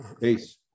Peace